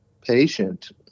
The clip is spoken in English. patient